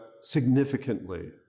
significantly